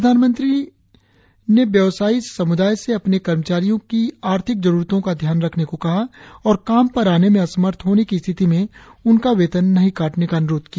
प्रधानमंत्री ने व्यवसायी सम्दाय से अपने कर्मचारियों की आर्थिक जरूरतों का ध्यान रखने को कहा और काम पर आने में असमर्थ होने की स्थिति में उनका वेतन नहीं काटने का अन्रोध किया